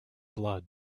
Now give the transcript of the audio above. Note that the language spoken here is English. blood